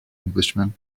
englishman